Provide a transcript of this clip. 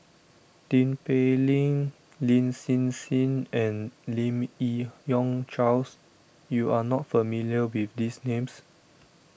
Tin Pei Ling Lin Hsin Hsin and Lim Yi Yong Charles you are not familiar with these names